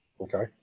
okay